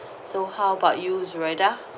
so how about you zuraidah